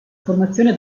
formazione